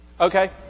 Okay